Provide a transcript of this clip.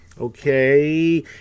Okay